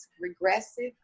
regressive